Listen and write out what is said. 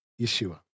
Yeshua